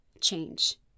change